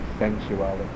sensuality